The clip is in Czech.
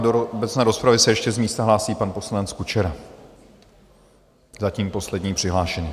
Do obecné rozpravy se ještě z místa hlásí pan poslanec Kučera, zatím poslední přihlášený.